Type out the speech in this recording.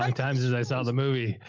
um times as i saw the movie,